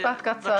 משפט קצר.